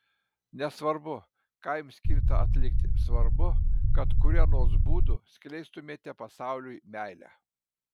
nesvarbu ką jums skirta atlikti svarbu kad kuriuo nors būdu skleistumėte pasauliui meilę